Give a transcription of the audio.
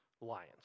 lions